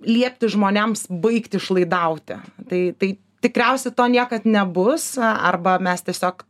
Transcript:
liepti žmonėms baigti išlaidauti tai tai tikriausia to niekad nebus arba mes tiesiog